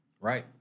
right